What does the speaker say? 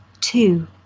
two